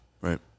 right